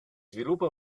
sviluppa